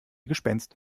gespenst